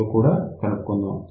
విలువ కూడా కనుక్కుందాం